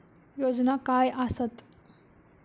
योजना काय आसत?